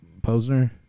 Posner